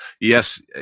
yes